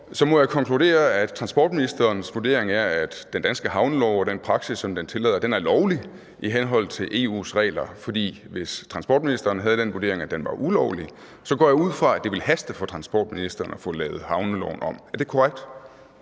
må jeg konkludere, at transportministerens vurdering er, at den danske havnelov og den praksis, som den tillader, er lovlig i henhold til EU's regler, for hvis transportministeren havde den vurdering, at den var ulovlig, så går jeg ud fra, at det ville haste for transportministeren at få lavet havneloven om. Er det korrekt?